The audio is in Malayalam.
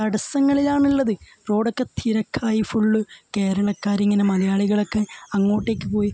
തടസ്സങ്ങളിലാണുള്ളത് റോഡൊക്കെ തിരക്കായി ഫുള്ള് കേരളക്കാരിങ്ങനെ മലയാളികളൊക്കെ അങ്ങോട്ടേക്ക് പോയി